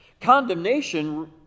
Condemnation